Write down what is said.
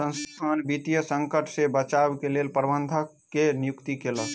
संसथान वित्तीय संकट से बचाव के लेल प्रबंधक के नियुक्ति केलक